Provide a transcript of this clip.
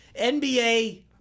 NBA